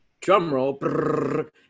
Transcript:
drumroll